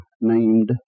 named